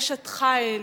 אשת חיל